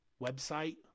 website